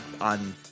on